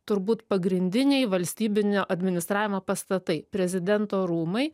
turbūt pagrindiniai valstybinio administravimo pastatai prezidento rūmai